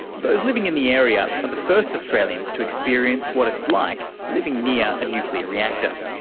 those living in the area are the first australians to experience what it's like living near a nuclear reactor.